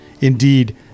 Indeed